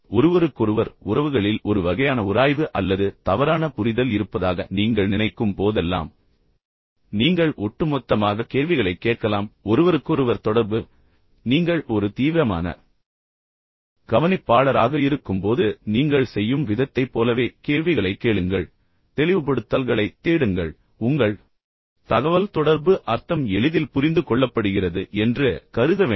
ஒருவருக்கொருவர் உறவுகளில் ஒரு வகையான உராய்வு அல்லது தவறான புரிதல் இருப்பதாக நீங்கள் நினைக்கும் போதெல்லாம் நீங்கள் ஒட்டுமொத்தமாக கேள்விகளைக் கேட்கலாம் ஒருவருக்கொருவர் தொடர்பு நீங்கள் ஒரு தீவிரமான கவனிப்பாளராக இருக்கும்போது நீங்கள் செய்யும் விதத்தைப் போலவே கேள்விகளைக் கேளுங்கள் தெளிவுபடுத்தல்களைத் தேடுங்கள் உங்கள் தகவல்தொடர்பு அர்த்தம் எளிதில் புரிந்து கொள்ளப்படுகிறது என்று ஒருபோதும் கருத வேண்டாம்